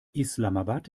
islamabad